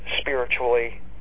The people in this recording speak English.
spiritually